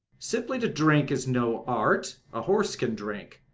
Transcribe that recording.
simply to drink is no art. a horse can drink.